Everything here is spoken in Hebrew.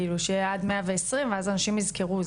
כאילו שיהיה עד 120 אז אנשים יזכרו,